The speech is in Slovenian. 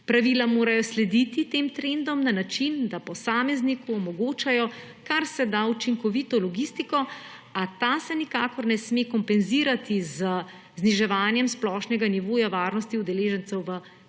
Pravila morajo slediti tem trendom na način, da posamezniku omogočajo, kar se da učinkovito logistiko, a ta se nikakor ne sme kompenzirati z zniževanjem splošnega nivoja varnosti udeležencev v